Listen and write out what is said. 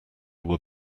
were